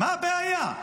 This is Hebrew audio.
מה הבעיה?